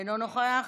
אינו נוכח.